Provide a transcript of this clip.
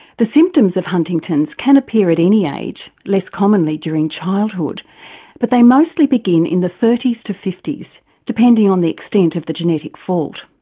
the symptoms of huntington's can appear at any age, less commonly during childhood but they mostly begin in the thirty s to fifty s depending on the extent the genetic fault.